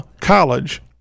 College